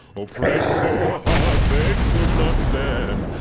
oppressed so hard they could not stand,